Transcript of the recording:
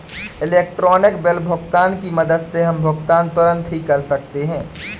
electronic bill भुगतान की मदद से हम भुगतान तुरंत ही कर सकते हैं